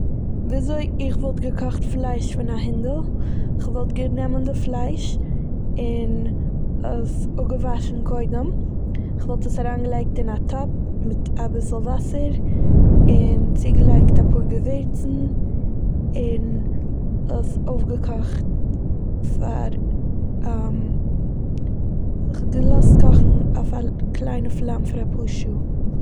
וויזוי איך וואלט געקאכט פלייש פון א הינדל. כ'וואלט גענומען די פלייש און עס אפגעוואשן קודם, כ'וואלט עס אריינגעלייגט אין א טאפ מיט אביסל וואסער, און צוגעלייגט אפאר געווירצן, און עס אויפגעקאכט פאר כ'- געלאזט קאכן אויף א ל- קליינע פלאם פאר אפאר שעה.